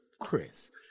Chris